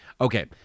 Okay